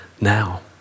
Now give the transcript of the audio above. now